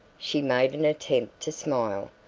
she made an attempt to smile.